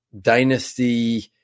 dynasty